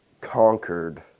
conquered